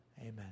amen